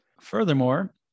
Furthermore